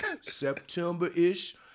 September-ish